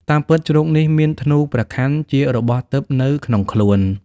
តាមពិតជ្រូកនេះ មានធ្នួព្រះខ័នជារបស់ទិព្វនៅ ក្នុងខ្លួន